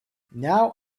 now